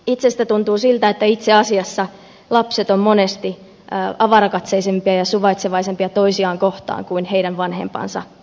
itsestä tuntuu siltä että itse asiassa lapset ovat monesti avarakatseisempia ja suvaitsevaisempia toisiaan kohtaan kuin heidän vanhempansa